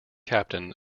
captain